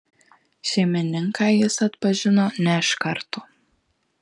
šeimininką jis atpažino ne iš karto